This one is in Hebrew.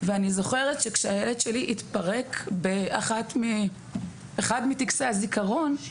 אני זוכרת שכשהילד שלי התפרק באחד מטקסי הזיכרון,